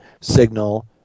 signal